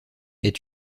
est